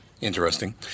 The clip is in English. Interesting